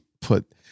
put